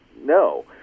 no